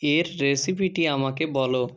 এর রেসিপিটি আমাকে বলো